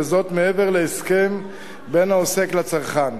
מעבר להסכם בין העוסק לצרכן.